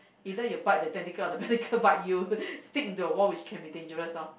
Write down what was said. either you bite the tentacle or the tentacle bite you stick into the wall which could be dangerous loh